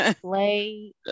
play